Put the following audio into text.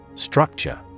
Structure